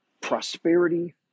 prosperity